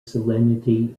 salinity